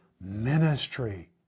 ministry